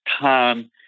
time